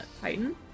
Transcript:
titan